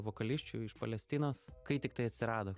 vokalisčių iš palestinos kai tiktai atsirado